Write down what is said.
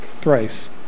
thrice